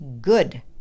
Good